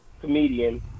comedian